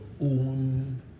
own